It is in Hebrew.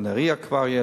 בנהרייה כבר יש,